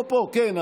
פה, פה, כן.